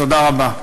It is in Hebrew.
תודה רבה.